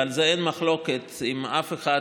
ועל זה אין מחלוקת עם אף אחד,